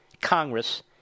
Congress